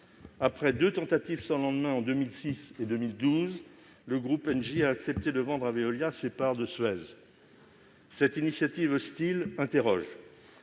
Après deux tentatives sans lendemain en 2006 et 2012, le groupe Engie a accepté de vendre à Veolia ses parts de Suez. Cette initiative hostile interroge,